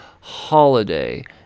holiday